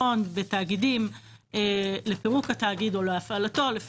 חדלות הפירעון בתאגידים לפירוקו או להפעלתו של התאגיד